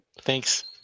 Thanks